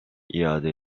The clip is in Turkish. iade